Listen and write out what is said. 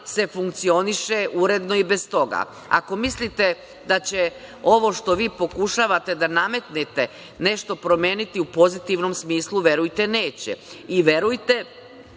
se funkcioniše uredno i bez toga. Ako mislite da će ovo što vi pokušavate da nametnete nešto promeniti u pozitivnom smislu, verujte neće, i verujte